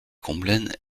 combelaine